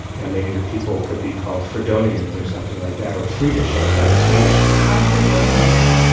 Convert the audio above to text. and maybe the people could be called fredonians or something like that or fredish, like swedish why fredonia, though?